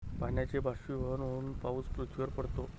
पाण्याचे बाष्पीभवन होऊन पाऊस पृथ्वीवर पडतो